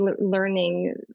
learning